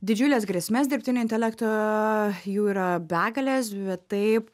didžiules grėsmes dirbtinio intelekto jų yra begalės vet taip